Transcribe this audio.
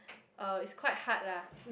uh it's quite hard lah